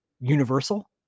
universal